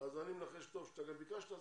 אז אני מנחש טוב שאתה גם ביקשת,